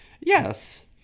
Yes